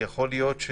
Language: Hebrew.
יכול להיות,